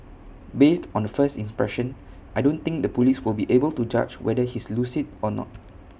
based on the first impression I don't think the Police will be able to judge whether he's lucid or not